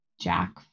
Jack